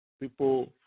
people